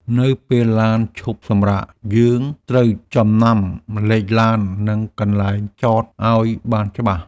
នៅពេលឡានឈប់សម្រាក យើងត្រូវចំណាំលេខឡាន និងកន្លែងចតឱ្យបានច្បាស់។